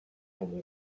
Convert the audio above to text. baina